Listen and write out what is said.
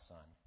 Son